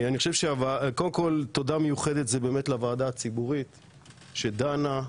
קודם כול תודה מיוחדת לוועדה הציבורית שדנה,